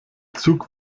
zug